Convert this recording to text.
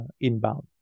inbound